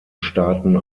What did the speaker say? staaten